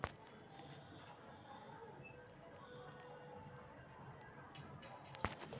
PayPal अंतर्राष्ट्रीय लेनदेन पर कुछ शुल्क लेबा हई